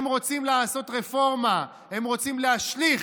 הם רוצים לעשות רפורמה, הם רוצים להשליך,